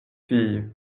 filles